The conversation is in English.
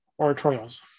oratorials